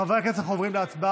חברי הכנסת, אנחנו עוברים להצבעה.